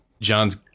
John's